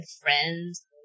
friends